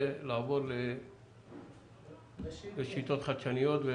זה לעבור לשיטות חדשניות.